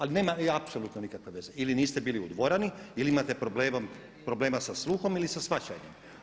Ali nema apsolutno nikakve veze ili niste bili u dvorani ili imate problema sa sluhom ili sa shvaćanjem.